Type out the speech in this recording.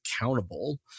accountable